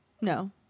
No